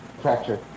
Fracture